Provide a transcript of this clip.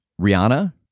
Rihanna